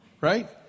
Right